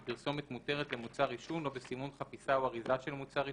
בפרסומת מותרת למוצר עישון או בסימון חפיסה או אריזה של מוצר עישון,